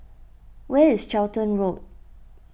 where is Charlton Road